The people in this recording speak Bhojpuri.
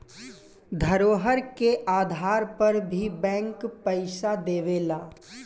धरोहर के आधार पर भी बैंक पइसा देवेला